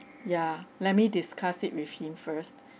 ya let me discuss it with him first